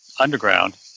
Underground